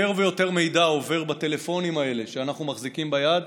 יותר ויותר מידע עובר בטלפונים האלה שאנחנו מחזיקים ביד,